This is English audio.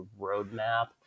roadmap